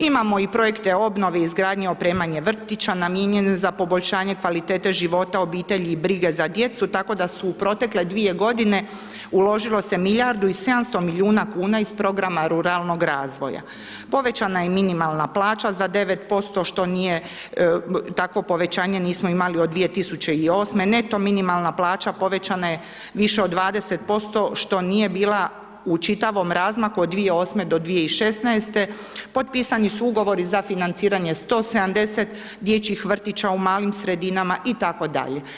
Imamo i projekte obnove i izgradnje, opremanje vrtića namijenjene za poboljšanje kvalitete života, obitelji i brige za djecu, tako da su u protekle dvije godine, uložilo se milijardu i 700 milijuna kuna iz programa ruralnog razvoja, povećana je i minimalna plaća za 9%, što nije, takvo povećanje nismo imali od 2008., neto minimalna plaća povećana je više od 20%, što nije bila u čitavom razmaku od 2008. do 2016., potpisani su ugovori za financiranje 170 dječjih vrtića u malim sredinama itd.